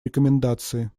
рекомендации